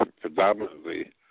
predominantly